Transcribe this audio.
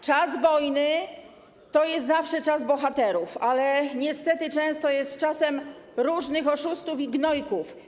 Czas wojny to jest zawsze czas bohaterów, ale niestety często jest czasem różnych oszustów i gnojków.